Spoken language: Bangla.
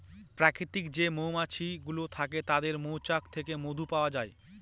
প্রাকৃতিক যে মধুমাছি গুলো থাকে তাদের মৌচাক থেকে মধু পাওয়া যায়